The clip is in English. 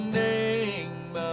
name